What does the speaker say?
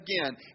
again